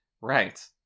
Right